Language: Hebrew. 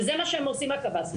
וזה מה שהם עושים הקב"סים,